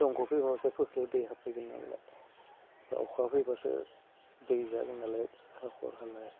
दंग'फोर दैसाफ्राव दैमा हाबफैगोन नालाय दा अखा फैब्लासो दै जागोन नालाय हाखर हाला